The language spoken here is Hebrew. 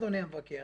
אדוני המבקר